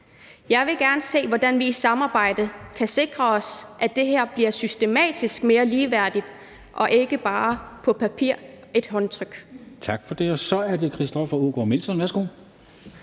Jeg vil gerne se, hvordan vi i samarbejde kan sikre os, at det her systematisk bliver mere ligeværdigt og ikke bare et håndtryk